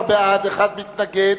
19 בעד, אחד מתנגד,